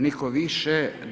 Nitko više.